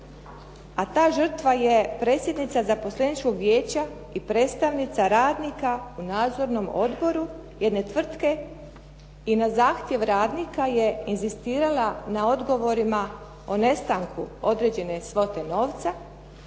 a ta žrtva je predsjednica zaposleničkog vijeća i predstavnica radnika u nadzornom odboru jedne tvrtke. I na zahtjev radnika je inzistirala na odgovoru o nestanku određene svote novca